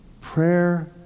Prayer